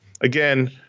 again